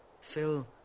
Phil